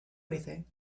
anything